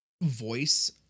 voice